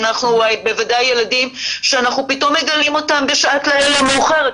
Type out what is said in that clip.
בוודאי ילדים שאנחנו פתאום מגלים אותם בשעת לילה מאוחרת,